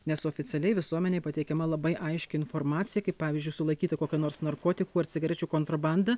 nes oficialiai visuomenei pateikiama labai aiški informacija kaip pavyzdžiui sulaikyta kokia nors narkotikų ar cigarečių kontrobanda